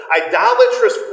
Idolatrous